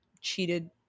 cheated –